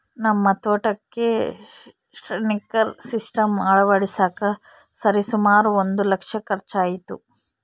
ನಮ್ಮ ತೋಟಕ್ಕೆ sprinkler system ಅಳವಡಿಸಕ ಸರಿಸುಮಾರು ಒಂದು ಲಕ್ಷ ಖರ್ಚಾಯಿತು